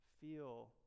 feel